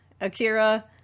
Akira